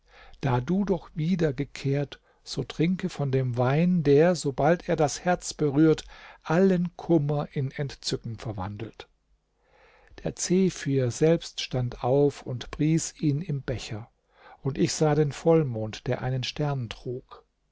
da du doch wiedergekehrt so trinke von dem wein der sobald er das herz berührt allen kummer in entzücken verwandelt der zephyr selbst stand auf und pries ihn im becher und ich sah den vollmond der einen stern trug